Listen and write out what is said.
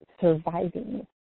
surviving